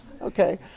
Okay